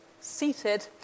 seated